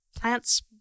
Plants